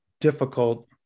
difficult